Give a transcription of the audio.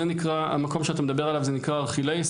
המקום שאתה מדבר עליו נקרא ארכלאוס,